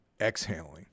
exhaling